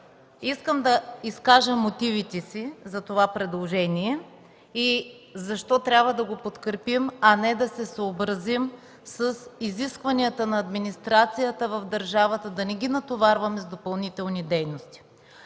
Искам да изкажа мотивите си за това предложение и защо трябва да го подкрепим, а не да се съобразим с изискванията на администрацията в държавата и да не ги натоварваме с допълнителни дейности.